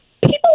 people